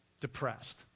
depressed